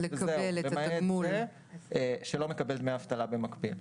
ובלבד שהוא לא מקבל דמי אבטלה במקביל.